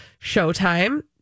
Showtime